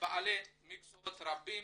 בעלי מקצועות רבים,